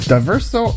Diverso